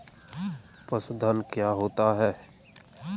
पशुधन क्या होता है?